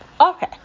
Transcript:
okay